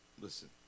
listen